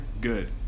good